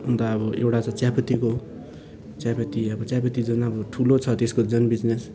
अन्त अब एउटा छ चियापत्तीको चियापत्ती अब चियापत्ती झन् अब ठुलो छ त्यसको झन् बिजनेस